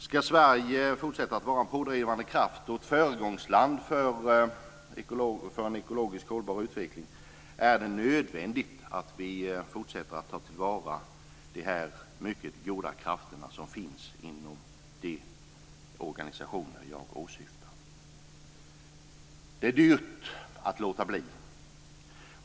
Ska Sverige fortsätta att vara en pådrivande kraft och föregångsland för en ekologiskt hållbar utveckling är det nödvändigt att vi fortsätter att ta till vara de mycket goda krafterna som finns inom de organisationer jag åsyftar. Det är dyrt att låta bli.